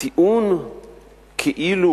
הטיעון כאילו